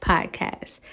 Podcast